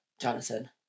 Jonathan